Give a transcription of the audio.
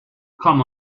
come